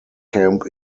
camp